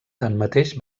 tanmateix